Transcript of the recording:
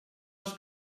les